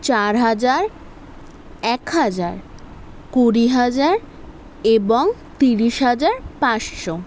চার হাজার এক হাজার কুড়ি হাজার এবং তিরিশ হাজার পাঁচশো